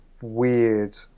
weird